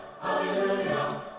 Hallelujah